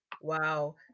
Wow